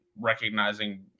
recognizing